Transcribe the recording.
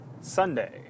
Sunday